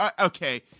Okay